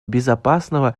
безопасного